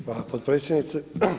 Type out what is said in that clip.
Hvala potpredsjednice.